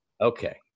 Okay